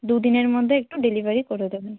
দু দিনের মধ্যে একটু ডেলিভারি করে দেবেন